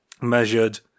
measured